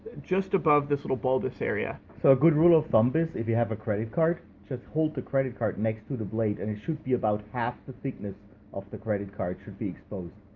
just above this little bulbous area. so a good rule of thumb is, if you have a credit card, just hold the credit card next to the blade and it should be about half the thickness of the credit card should be exposed.